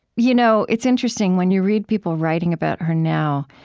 you know it's interesting, when you read people writing about her now,